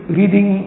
reading